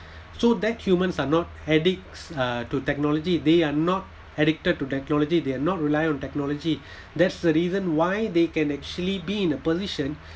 so that humans are not addicts uh to technology they are not addicted to technology they are not rely on technology that's the reason why they can actually be in a position